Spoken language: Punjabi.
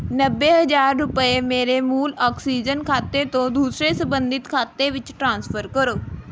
ਨੱਬੇ ਹਜ਼ਾਰ ਰੁਪਏ ਮੇਰੇ ਮੂਲ ਆਕਸੀਜਨ ਖਾਤੇ ਤੋਂ ਦੂਸਰੇ ਸੰਬੰਧਿਤ ਖਾਤੇ ਵਿੱਚ ਟਰਾਂਸਫਰ ਕਰੋ